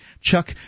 Chuck